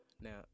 now